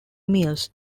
meals